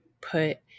put